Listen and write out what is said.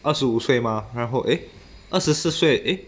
二十五岁嘛然后 eh 二十四岁 eh